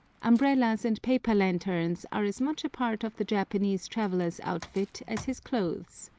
umbrellas and paper lanterns are as much a part of the japanese traveller's outfit as his clothes.